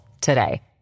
today